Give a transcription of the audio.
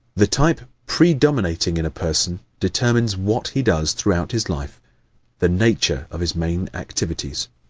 the type predominating in a person determines what he does throughout his life the nature of his main activities.